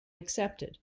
accepted